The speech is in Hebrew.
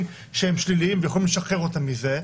שהם שליליים ויכולים לשחרר אותם מזה,